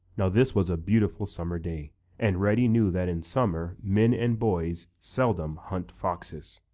now this was a beautiful summer day and reddy knew that in summer men and boys seldom hunt foxes.